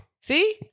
See